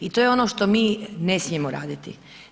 I to je ono što mi ne smijemo raditi.